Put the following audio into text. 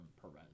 Perez